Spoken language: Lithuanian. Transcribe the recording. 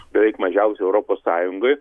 beveik mažiausiai europos sąjungoj